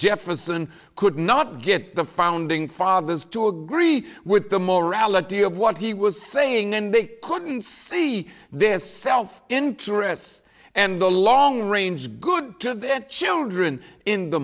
jefferson could not get the founding fathers to agree with them or reality of what he was saying and they couldn't see their self interests and the long range good of their children in the